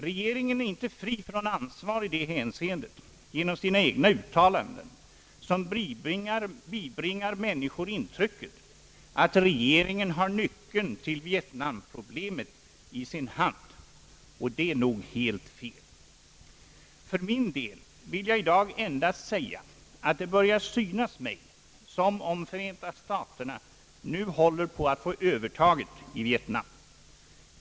Regeringen är inte fri från ansvar i det hänseendet genom sina egna uttalanden, som bibringar människor intrycket att regeringen har nyckeln till Vietnamproblemet i sin hand, och det är nog helt fel. För min del vill jag i dag endast säga att det synes mig som om Förenta staterna nu håller på att få övertaget i Vietnam.